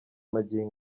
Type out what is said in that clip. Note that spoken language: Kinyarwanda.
magingo